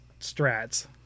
strats